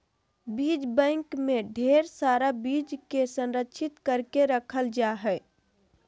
बीज बैंक मे ढेर सारा बीज के संरक्षित करके रखल जा हय